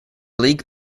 league